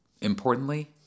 importantly